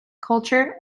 culture